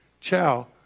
Ciao